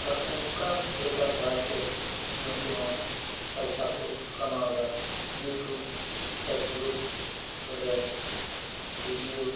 ᱟᱨ ᱚᱱᱠᱟ ᱞᱮᱠᱟ ᱫᱷᱟᱨᱟᱛᱮ ᱱᱩᱠᱩ ᱦᱚᱸ ᱯᱚᱭᱥᱟ ᱠᱚ ᱠᱟᱢᱟᱣᱫᱟ ᱤᱭᱩᱴᱩᱵᱽ ᱯᱷᱮᱥᱵᱩᱠ ᱨᱮ ᱵᱷᱤᱰᱭᱳ